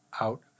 Out